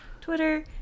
Twitter